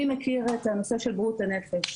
מי מכיר את הנושא של בריאות הנפש?